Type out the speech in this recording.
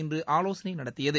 இன்று ஆவோசனை நடத்தியது